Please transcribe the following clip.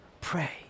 pray